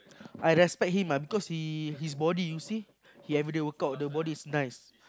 I respect him ah because he his body you see he everyday work out the body is nice